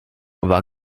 war